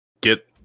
get